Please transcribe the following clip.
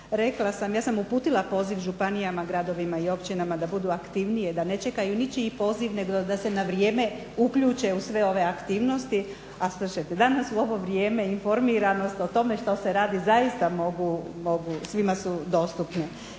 Rekla sam, ja sam uputila poziv županijama, gradovima i općinama da budu aktivnije, da ne čekaju ničiji poziv nego da se na vrijeme uključe u sve ove aktivnosti. A slušajte, danas u ovo vrijeme informiranost o tome što se radi zaista mogu, svima su dostupne.